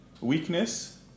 weakness